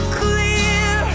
clear